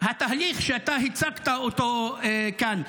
התהליך שאתה הצגת כאן.